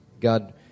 God